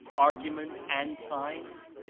arguments and signs?